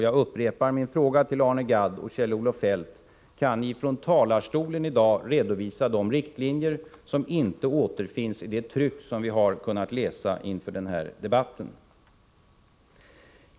Jag upprepar min fråga till Arne Gadd och Kjell-Olof Feldt: Kan ni i dag från denna talarstol redovisa de riktlinjer som inte återfinns i det tryck som vi har kunnat läsa inför den här debatten?